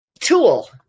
tool